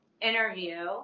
interview